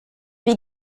wie